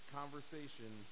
conversation